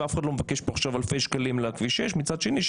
ואף אחד לא מבקש פה עכשיו אלפי שקלים לכביש 6. מצד שני,